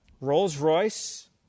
Rolls-Royce